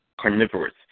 carnivorous